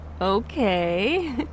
okay